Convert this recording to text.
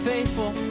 faithful